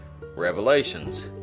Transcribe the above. Revelations